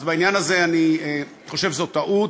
אז בעניין הזה אני חושב שזו טעות.